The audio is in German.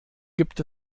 gibt